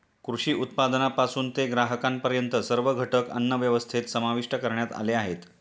कृषी उत्पादनापासून ते ग्राहकांपर्यंत सर्व घटक अन्नव्यवस्थेत समाविष्ट करण्यात आले आहेत